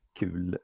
kul